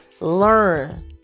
Learn